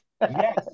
Yes